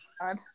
God